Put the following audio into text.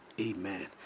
Amen